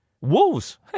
Wolves